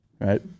Right